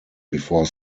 before